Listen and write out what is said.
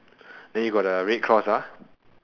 then you got the red cross ah